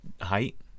height